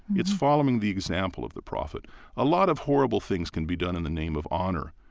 it's following the example of the prophet a lot of horrible things can be done in the name of honor.